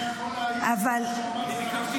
אני יכול להעיד שמה שהוא אומר זה נכון.